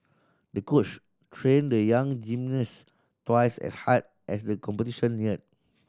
the coach trained the young gymnast twice as hard as the competition neared